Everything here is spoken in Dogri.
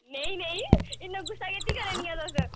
नेईं नेईं इन्ना गुस्सा कैह्सी करै'नियां तुस